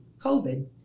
COVID